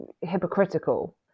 hypocritical